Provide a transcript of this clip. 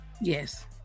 Yes